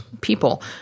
people